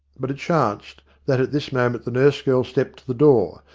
but it chanced that at this moment the nurse girl stepped to the door,